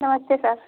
नमस्ते सर